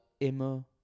Emma